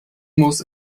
muss